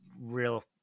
real